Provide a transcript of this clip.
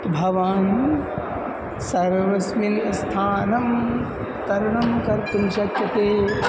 भवान् सर्वस्मिन् स्थानं तरणं कर्तुं शक्यते